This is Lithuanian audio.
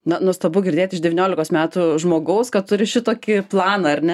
na nuostabu girdėt iš devyniolikos metų žmogaus kad turi šitokį planą ar ne